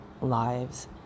lives